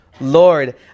Lord